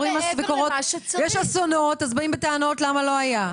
יש אסונות ואז באים בטענות למה הם לא היו.